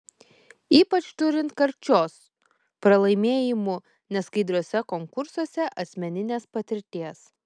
ypač turint karčios pralaimėjimų neskaidriuose konkursuose asmeninės patirties